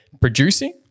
producing